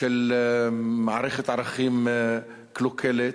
של מערכת ערכים קלוקלת,